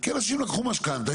כי אנשים לקחו משכנתא,